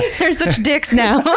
they're such dicks now!